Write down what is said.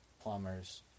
plumbers